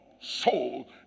soul